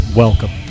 Welcome